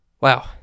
wow